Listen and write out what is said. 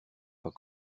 pas